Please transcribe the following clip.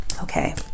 okay